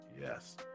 Yes